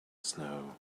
snow